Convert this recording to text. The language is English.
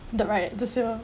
the riot the civil mm